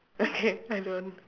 okay I don't